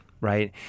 right